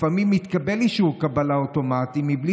לפעמים מתקבל אישור קבלה אוטומטי בלי